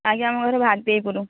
ଆଜ୍ଞା ମୋ ଘର ଭାଗଦେଇପୁର